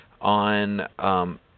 on